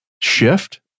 shift